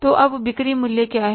तो अब बिक्री मूल्य क्या है